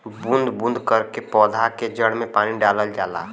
बूंद बूंद करके पौधा के जड़ में पानी डालल जाला